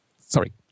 Sorry